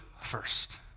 first